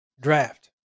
draft